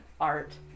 art